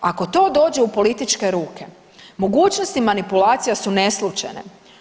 Ako to dođe u političke ruke mogućnosti manipulacija su neslućene.